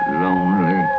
lonely